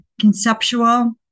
conceptual